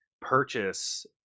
purchase